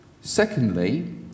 Secondly